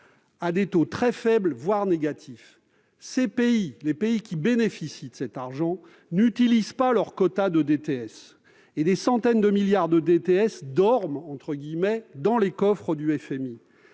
à des taux très faibles, voire négatifs. Les pays qui bénéficient de cet argent n'utilisent pas leurs quotas de DTS. Des centaines de milliards de DTS dorment ainsi dans les coffres du Fonds